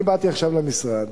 אני באתי עכשיו למשרד